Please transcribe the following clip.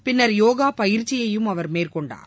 பின்னர் யோகா பயிற்சியையும் அவர் மேற்கொண்டார்